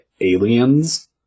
Aliens